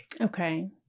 Okay